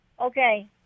Okay